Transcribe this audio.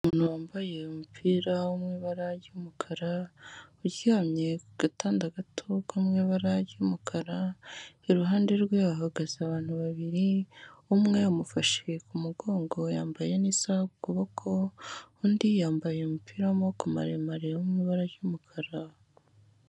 Umuntu wambaye umupira wo mu ibara ry'umukara, uryamye ku gatanda gato ko mu ibara ry'umukara, iruhande rwe hahagaze abantu babiri, umwe amufashe ku mugongo yambaye n'isaha ku kuboko, undi yambaye umupira w'amaboko maremare wo mu ibara ry'umukara.